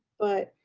but